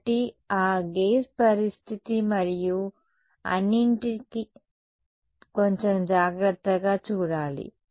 కాబట్టి ఈ గేజ్ పరిస్థితి మరియు అన్నింటినీ కొంచెం జాగ్రత్తగా చూడాలి